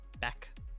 back